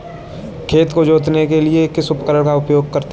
खेत को जोतने के लिए किस उपकरण का उपयोग करते हैं?